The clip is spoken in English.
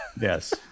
yes